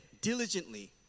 diligently